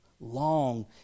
long